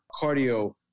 cardio